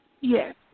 Yes